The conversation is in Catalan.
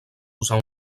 usar